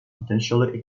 potentially